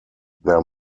their